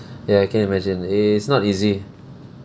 ya I can imagine it's not easy